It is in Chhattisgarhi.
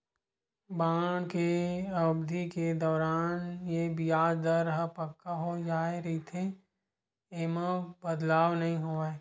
बांड के अबधि के दौरान ये बियाज दर ह पक्का हो जाय रहिथे, ऐमा बदलाव नइ होवय